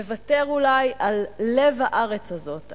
מוותר אולי על לב הארץ הזאת,